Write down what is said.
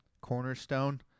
cornerstone